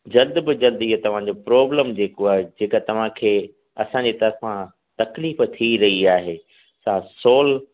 जल्द बि जल्दु इहो तव्हां जो प्रोब्लम जेको आहे जेका तव्हां खे असांजे तरफां तक़लीफु थी रही आहे सा सोल्व